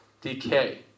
decay